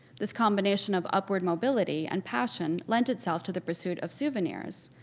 this combination of upward mobility and passion lent itself to the pursuit of souvenirs.